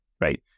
Right